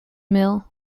mill